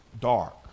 Dark